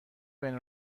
بین